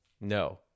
No